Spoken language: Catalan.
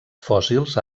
fòssils